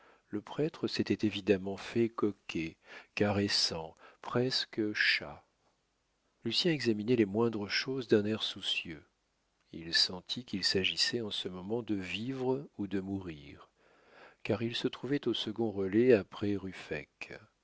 le prêtre s'était évidemment fait coquet caressant presque chat lucien examina les moindres choses d'un air soucieux il sentit qu'il s'agissait en ce moment de vivre ou de mourir car il se trouvait au second relais après ruffec